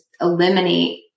eliminate